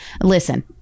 listen